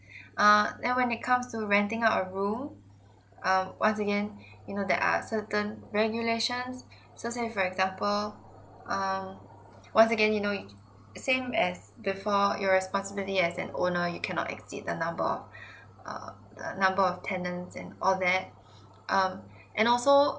err then when it comes to renting a room um once again you know there are certain regulations so say for example err once again you know you same as before your responsibility as an owner you cannot exceed the number of err the number of tenants and all that um and also